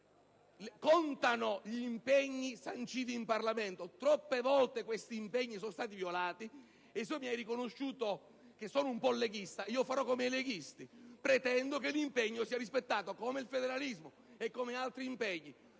contano gli impegni sanciti in Parlamento. Troppe volte questi impegni sono stati violati: ora, siccome mi è stato riconosciuto di essere un po' leghista, io farò come i leghisti, pretendendo che l'impegno sia rispettato, come per il federalismo e come per altri impegni.